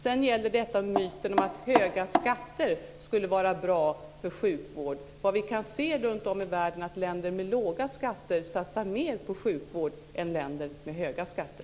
Sedan till myten om att höga skatter skulle vara bra för sjukvård. Vi kan se runt om i världen att länder med låga skatter satsar mer på sjukvård än länder med höga skatter.